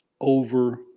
over